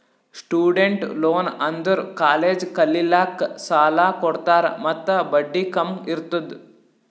student loan ಅಂದುರ್ college ಕಲಿಲ್ಲಾಕ್ಕ್ ಸಾಲ ಕೊಡ್ತಾರ ಮತ್ತ ಬಡ್ಡಿ ಕಮ್ ಇರ್ತುದ್